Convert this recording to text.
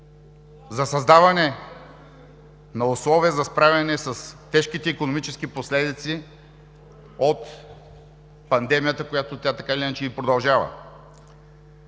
за създаване на условия за справяне с тежките икономически последици от пандемията, която така или иначе продължава.